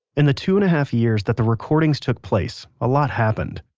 in the two and a half years that the recordings took place a lot happened.